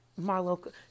Marlo